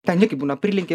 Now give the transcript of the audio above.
ten igi būna prilinki